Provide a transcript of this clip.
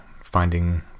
finding